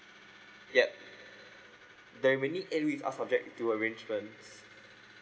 yup the remaining eight weeks are subject to arrangements